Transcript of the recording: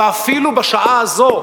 ואפילו בשעה הזאת,